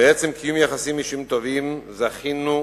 בעצם קיום יחסים אישיים טובים, זכינו,